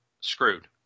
screwed